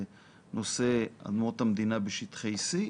לנושא אדמות המדינה בשטחי C,